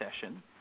session